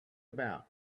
about